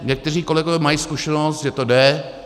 Někteří kolegové mají zkušenost, že to jde.